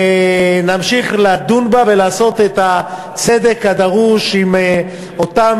ונמשיך לדון בה ולעשות את הצדק הדרוש עם אותן